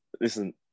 Listen